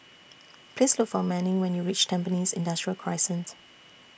Please Look For Manning when YOU REACH Tampines Industrial Crescent